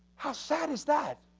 how sad is that?